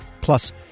Plus